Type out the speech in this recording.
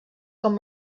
com